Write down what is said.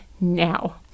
now